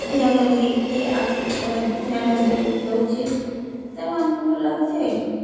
ଧ୍ୟାନ ଦେଇକି ଆଗ ଧ୍ୟାନ ଦଉଛି ତେଣୁ ଆମକୁ ଭଲ ଲାଗୁଛି ଆଉ